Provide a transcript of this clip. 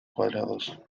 cuadrados